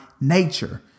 nature